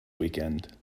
weekend